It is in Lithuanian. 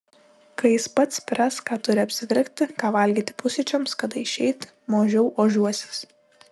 kai jis pats spręs ką turi apsivilkti ką valgyti pusryčiams kada išeiti mažiau ožiuosis